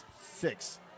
six